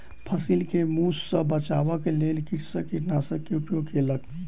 फसिल के मूस सॅ बचाबअ के लेल कृषक कृंतकनाशक के उपयोग केलक